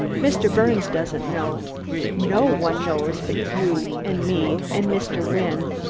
mr. birnes doesn't know no one knows but you and me and mr. wynne,